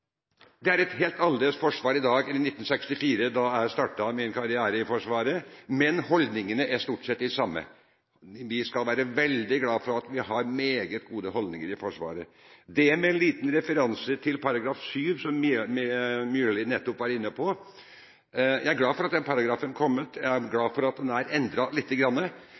Det er et helt annerledes forsvar i dag enn det som var i 1964, da jeg startet min karriere i Forsvaret. Men holdningene er stort sett de samme. Vi skal være veldig glad for at vi har meget gode holdninger i Forsvaret – dette med en liten referanse til § 7, som Myrli nettopp var inne på. Jeg er glad for at den paragrafen er kommet, og jeg er glad for at den er